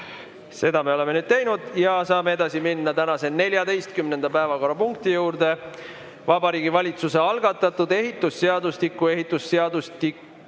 Seda me oleme nüüd teinud. Saame minna tänase 14. päevakorrapunkti juurde. Vabariigi Valitsuse algatatud ehitusseadustiku, ehitusseadustiku